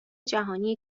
جهانی